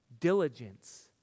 diligence